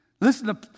Listen